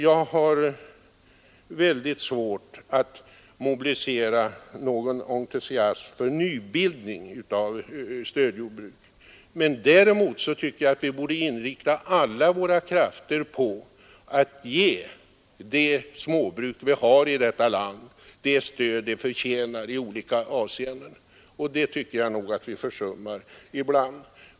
Jag har mycket svårt att mobilisera någon entusiasm för nybildning av stödjordbruk. Däremot tycker jag vi bör inrikta alla våra krafter på att ge de småbruk som i dag finns det stöd de förtjänar i olika avseenden. Det försummar vi nog ibland.